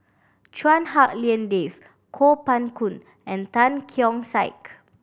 Chua Hak Lien Dave Kuo Pao Kun and Tan Keong Saik